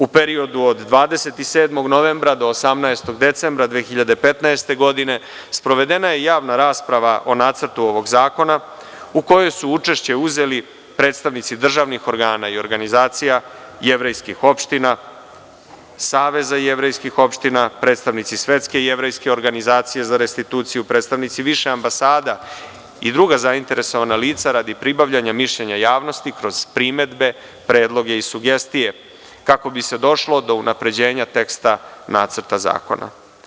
U periodu od 27. novembra do 18. decembra 2015. godine sprovedena je javna rasprava o Nacrtu ovog zakona u kojoj su učešće uzeli predstavnici državnih organa i organizacija jevrejskih opština, Saveza jevrejskih opština, predstavnici Svetske jevrejske organizacije za restituciju, predstavnici više ambasada i druga zainteresovana lica radi pribavljanja mišljenja javnosti kroz primedbe, predloge i sugestije kako bi se došlo do unapređenja teksta Nacrta zakona.